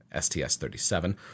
STS-37